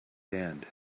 hand